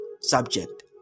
subject